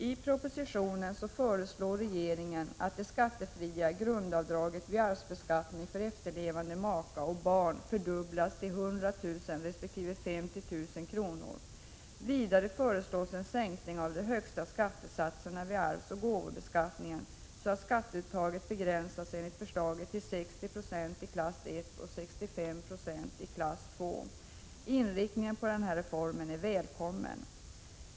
I propositionen föreslår regeringen att det skattefria grundavdraget vid arvsbeskattningen för efterlevande maka och barn fördubblas till 100 000 resp. 50 000 kr. Vidare föreslås en sänkning av de högsta skattesatserna vid arvsoch gåvobeskattningen så att skatteuttaget begränsas enligt förslaget till 60 26 i klass I och 65 926 i klass II. Inriktningen på denna reform är välkommen.